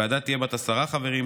הוועדה תהיה בת עשרה חברים,